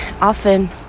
often